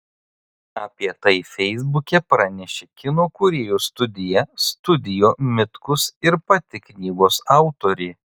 apie tai feisbuke pranešė kino kūrėjų studija studio mitkus ir pati knygos autorė